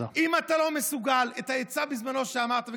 אם אתה לא מסוגל את העצה שבזמנו אמרת, תודה.